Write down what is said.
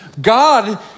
God